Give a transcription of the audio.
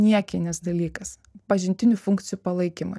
niekinis dalykas pažintinių funkcijų palaikymui